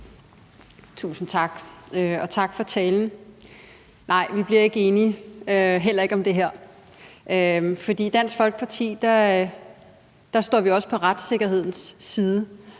Tusind tak. Og tak for talen. Nej, vi bliver ikke enige – heller ikke om det her, for i Dansk Folkeparti står vi også på retssikkerhedens side.